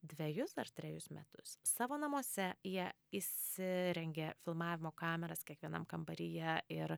dvejus ar trejus metus savo namuose jie įsirengė filmavimo kameras kiekvienam kambaryje ir